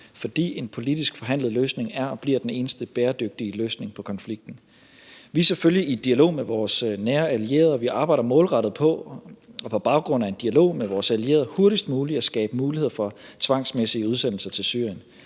fordi en politisk forhandlet løsning er og bliver den eneste bæredygtige løsning på konflikten. Vi er selvfølgelig i dialog med vores nære allierede, og vi arbejder målrettet på på baggrund af en dialog med vores allierede hurtigst muligt at skabe muligheder for tvangsmæssige udsendelser til Syrien.